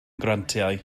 grantiau